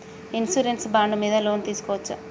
Insurance bond మీద loan తీస్కొవచ్చా?